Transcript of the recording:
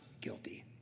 guilty